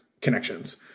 connections